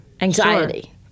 anxiety